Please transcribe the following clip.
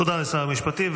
תודה לשר המשפטים.